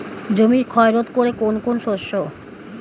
জমির ক্ষয় রোধ করে কোন কোন শস্য?